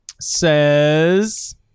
Says